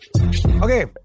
Okay